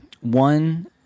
One